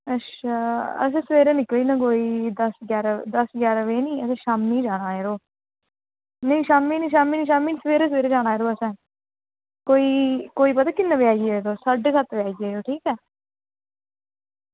अच्छा असें सबैह्रे निकली जाना कोई दस्स बारां बजे निं शामीं जाना यरो नेईं शामीं नी शामीं निं सबैह्रे जाना असें सबैह्रे साढ़े सत्त बजे आई जायो तुस